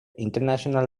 international